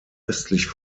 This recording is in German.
östlich